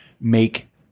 make